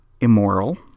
immoral